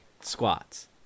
squats